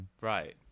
right